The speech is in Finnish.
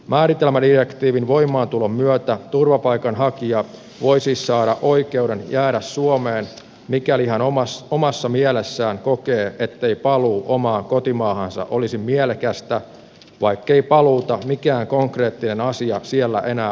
määritelmädirektiivin voimaantulon myötä turvapaikanhakija voi siis saada oikeuden jäädä suomeen mikäli hän omassa mielessään kokee ettei paluu omaan kotimaahan olisi mielekästä vaikkei paluuta mikään konkreettinen asia siellä enää uhkaisikaan